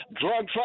drug